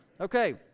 Okay